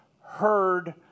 heard